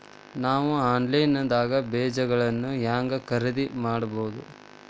ನಾವು ಆನ್ಲೈನ್ ದಾಗ ಬೇಜಗೊಳ್ನ ಹ್ಯಾಂಗ್ ಖರೇದಿ ಮಾಡಬಹುದು?